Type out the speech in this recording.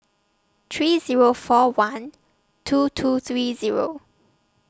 three Zero four one two two three zeo